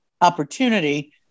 opportunity